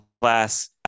class